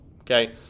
okay